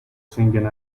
singing